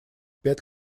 пять